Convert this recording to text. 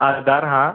आधार हां